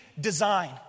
design